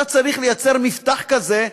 אתה צריך לייצר מפתח כזה,